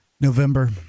November